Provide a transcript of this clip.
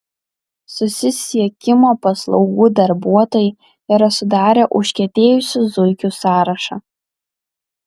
susisiekimo paslaugų darbuotojai yra sudarę užkietėjusių zuikių sąrašą